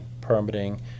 permitting